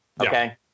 Okay